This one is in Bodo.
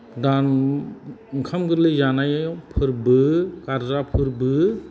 दान ओंखाम गोरलै जानाय फोरबो गारजा फोरबो